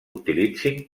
utilitzin